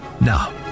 Now